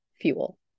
fuel